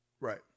Right